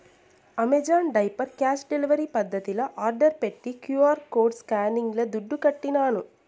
Amazon diaper cash delivery పద్దతిల order పెట్టి QR code స్కానింగ్ల దుడ్లుకట్టినాను